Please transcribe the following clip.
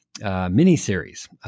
mini-series